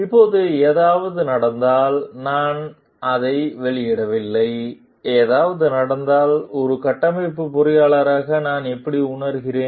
இப்போது ஏதாவது நடந்தால் நான் அதை வெளியிடவில்லை ஏதாவது நடந்தால் ஒரு கட்டமைப்பு பொறியாளராக நான் எப்படி உணர்கிறேன்